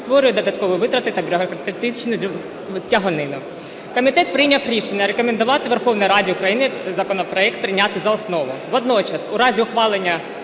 створює додаткові витрати та бюрократичну тяганину. Комітет прийняв рішення рекомендувати Верховій Раді України законопроект прийняти за основу. Водночас у разі ухвалення